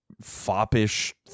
foppish